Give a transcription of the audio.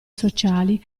sociali